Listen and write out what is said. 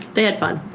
they had fun.